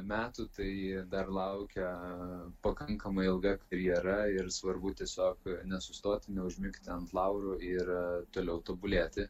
metų tai dar laukia pakankamai ilga karjera ir svarbu tiesiog nesustoti neužmigti ant laurų ir toliau tobulėti